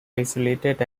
isolated